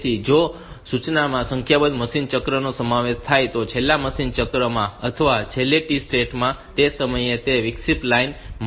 તેથી જો એક સૂચનામાં સંખ્યાબંધ મશીન ચક્રનો સમાવેશ થાય તો છેલ્લા મશીન ચક્રમાં અથવા છેલ્લી T સ્ટેટ માં તે સમયે તે વિક્ષેપ લાઈન માટે લે છે